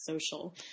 social